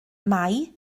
mai